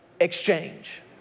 exchange